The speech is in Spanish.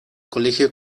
colegio